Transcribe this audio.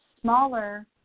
smaller